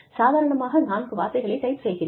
சாதாரணமாக நான்கு வார்த்தைகளை டைப் செய்கிறேன்